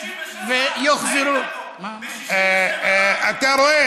ב-67' אנחנו היינו פה, אתה לא.